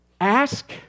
Ask